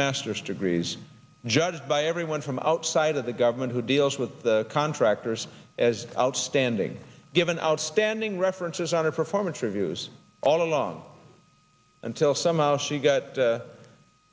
masters degrees judged by everyone from outside of the government who deals with the contractors as outstanding given outstanding references on a performance reviews all along until somehow she got